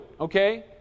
okay